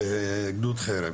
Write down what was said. בגדוד חרב,